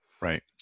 Right